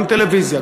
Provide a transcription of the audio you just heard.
גם טלוויזיה,